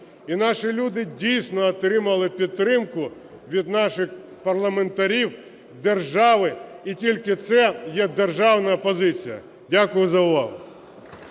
і наші люди, дійсно, отримали підтримку від наших парламентарів, держави. І тільки це є державна позиція. Дякую за увагу.